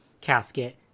casket